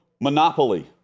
Monopoly